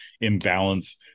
imbalance